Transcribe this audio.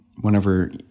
whenever